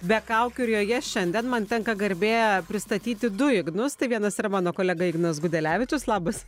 be kaukių ir joje šiandien man tenka garbė pristatyti du ignus tai vienas yra mano kolega ignas gudelevičius labas